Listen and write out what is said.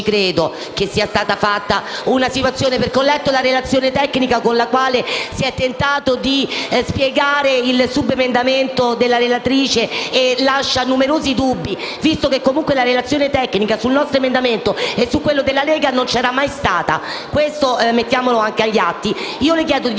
credo che sia stata fatta una valutazione. Ho letto la relazione tecnica con la quale si è tentato di spiegare il subemendamento della relatrice e questa lascia numerosi dubbi, visto che comunque la relazione tecnica sul nostro emendamento e su quello della Lega non c'era mai stata (e voglio che resti agli atti). Io le chiedo